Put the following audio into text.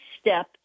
step